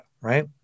right